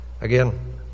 Again